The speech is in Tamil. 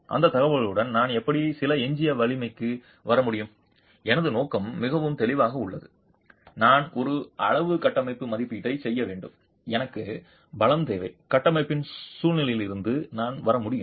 அந்த தகவலுடன் நான் எப்படி சில எஞ்சிய வலிமைக்கு வர முடியும் எனது நோக்கம் மிகவும் தெளிவாக உள்ளது நான் ஒரு அளவு கட்டமைப்பு மதிப்பீட்டைச் செய்ய வேண்டும் எனக்கு பலம் தேவை கட்டமைப்பின் சூழ்நிலையிலிருந்து நான் வர முடியும்